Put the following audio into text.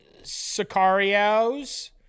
Sicarios